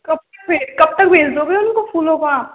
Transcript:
कब तक कब तक भेज दोगे उनको फूलों को आप